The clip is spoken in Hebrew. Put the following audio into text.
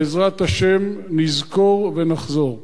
בעזרת השם נזכור ונחזור.